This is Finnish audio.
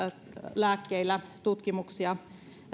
lääkkeillä tutkimuksia